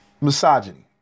misogyny